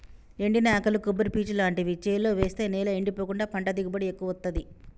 ఎండిన ఆకులు కొబ్బరి పీచు లాంటివి చేలో వేస్తె నేల ఎండిపోకుండా పంట దిగుబడి ఎక్కువొత్తదీ